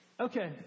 Okay